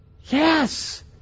Yes